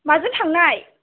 माजों थांनाय